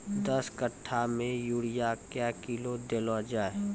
दस कट्ठा मे यूरिया क्या किलो देलो जाय?